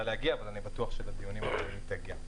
להגיע אבל אני בטוח שלדיונים אחרים היא תגיע.